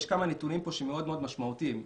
יש פה כמה נתונים שהם משמעותיים מאוד.